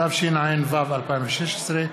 התשע"ז 2016,